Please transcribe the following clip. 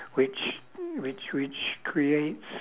which which which creates